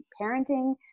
parenting